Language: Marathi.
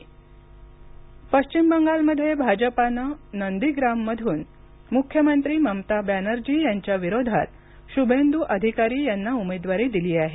पश्चिम बंगाल निवडणक पश्चिम बंगालमध्ये भाजपानं नंदीग्राममधून मुख्यमंत्री ममता बॅनर्जी यांच्याविरोधात शुभेंदु अधिकारी यांना उमेदवारी दिली आहे